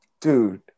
dude